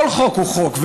כל חוק הוא חוק".